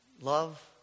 love